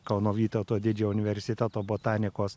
kauno vytauto didžiojo universiteto botanikos